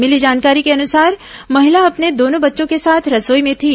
मिली जानकारी के अनुसार महिला अपने दोनों बच्चों के साथ रसोई में थी